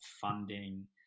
funding